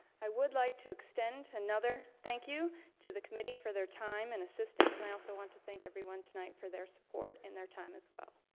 i would like to extend another thank you to the committee for their time and assistance. and i also want to thank everyone tonight for their support and their time as well,